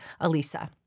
ALISA